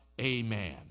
amen